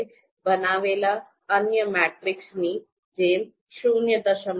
આપણે બનાવેલા અન્ય મેટ્રિસીસની જેમ ૦